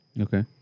Okay